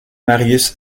marius